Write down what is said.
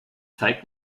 zeigt